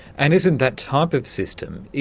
and isn't that type of system,